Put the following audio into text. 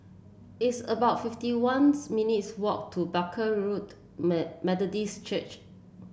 it's about fifty one minutes' walk to Barker Road Made Methodist Church